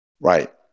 Right